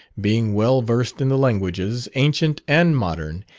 being well versed in the languages, ancient and modern,